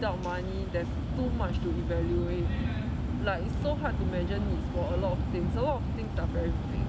without money there's too much to evaluate like it's so hard to measure needs for a lot of things a lot of things are very vague